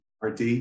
Rd